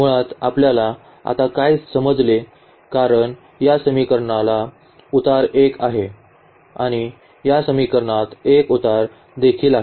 मुळात आपल्याला आता काय समजले कारण या समीकरणाला उतार 1 आहे आणि या समीकरणात 1 उतार देखील आहेत